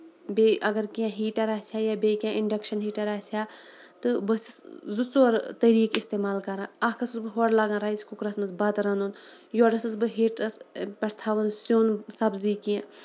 بیٚیہِ اَگر کیٚنٛہہ ہیٖٹر آسہِ ہا یا بیٚیہِ کیٚنٛہہ اِنڈکشن ہیٖٹر آسہِ ہا تہٕ بہٕ ٲسٕس زٕ ژور طٔریٖقہٕ اِستعمال کران اکھ ٲسٕس بہٕ ہورٕ لاگان رَیس کُکرَس منٛز بَتہٕ رَنُن یورٕ ٲسٕس بہٕ ہیٖٹرَس پٮ۪ٹھ تھاوان سیُن سَبزی کیٚنٛہہ